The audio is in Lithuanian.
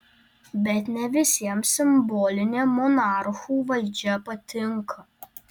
bet ne visiems simbolinė monarchų valdžia patinka